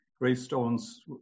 gravestones